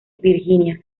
virginia